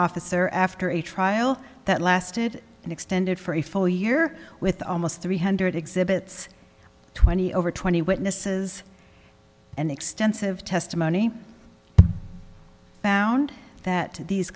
officer after a trial that lasted an extended for a full year with almost three hundred exhibits twenty over twenty witnesses and extensive testimony found that these